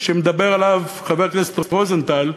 שמדבר עליו חבר הכנסת רוזנטל,